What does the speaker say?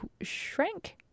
Shrank